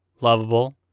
lovable